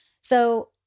So-